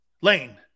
Lane